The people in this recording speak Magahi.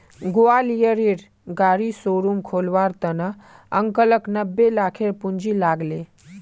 ग्वालियरेर गाड़ी शोरूम खोलवार त न अंकलक नब्बे लाखेर पूंजी लाग ले